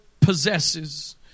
possesses